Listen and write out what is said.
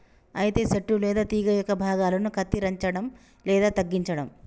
అయితే సెట్టు లేదా తీగ యొక్క భాగాలను కత్తిరంచడం లేదా తగ్గించడం